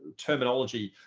terminology.